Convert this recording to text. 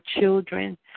children